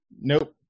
nope